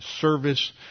service